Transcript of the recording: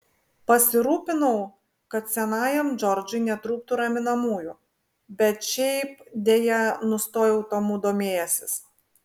pasirūpinau kad senajam džordžui netrūktų raminamųjų bet šiaip deja nustojau tomu domėjęsis